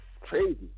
Crazy